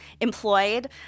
employed